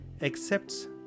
accepts